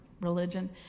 religion